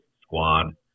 squad